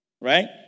right